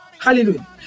Hallelujah